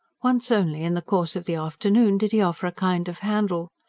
once only in the course of the afternoon did he offer a kind of handle.